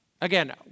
Again